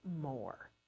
more